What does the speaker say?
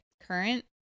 current